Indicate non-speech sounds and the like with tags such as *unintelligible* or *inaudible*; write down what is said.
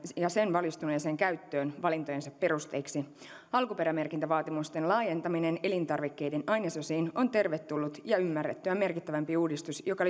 ja sen valistuneeseen käyttöön valintojensa perusteiksi alkuperämerkintävaatimusten laajentaminen elintarvikkeiden ainesosiin on tervetullut ja ymmärrettyä merkittävämpi uudistus joka *unintelligible*